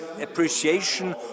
appreciation